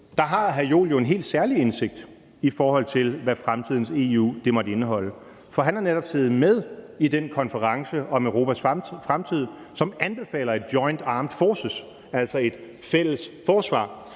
på den her måde – en helt særlig indsigt, i forhold til hvad fremtidens EU måtte indeholde, for han har netop siddet med ved den konference om Europas fremtid, som anbefaler en joint armed force, altså et fælles forsvar.